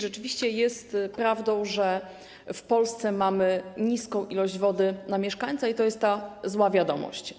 Rzeczywiście jest prawdą, że w Polsce mamy małą ilość wody na mieszkańca, i to jest ta zła wiadomość.